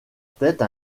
tête